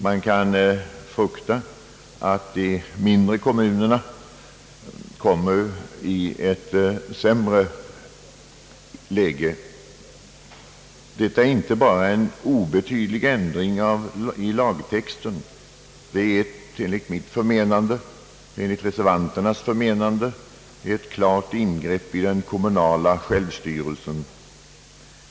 Man kan frukta att de mindre kommunerna kommer i ett sämre läge. Detta är inte bara en obetydlig ändring av lagtexten. Det är enligt mitt och medreservantens förmenande ett klart ingrepp i den kommunala självstyrelsen.